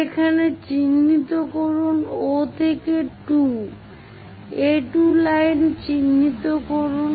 সেখানে চিহ্নিত করুন O থেকে 2 A2 লাইনে চিহ্নিত করুন